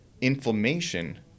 inflammation